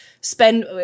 spend